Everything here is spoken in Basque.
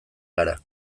gara